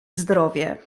zdrowie